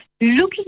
looking